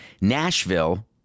Nashville